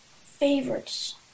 favorites